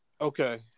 Okay